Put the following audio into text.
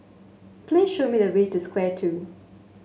please show me the way to Square Two